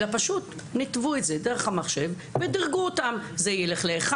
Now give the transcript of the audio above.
אלא פשוט ניתבו את זה דרך המחשב ודירגו אותם זה ילך ל-1,